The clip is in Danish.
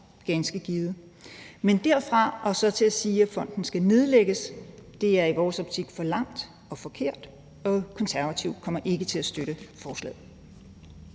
Men derfra og så til at sige, at fonden skal nedlægges, er i vores optik at gå for langt og forkert. Konservative kommer ikke til at støtte forslaget.